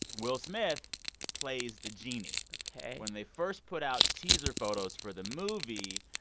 will smith plays the genie ok when they first put out teaser photos for the movie,